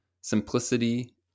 simplicity